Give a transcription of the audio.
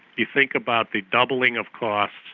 you think about the doubling of costs,